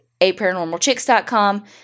aparanormalchicks.com